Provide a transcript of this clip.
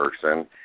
person